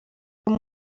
uwo